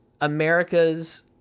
America's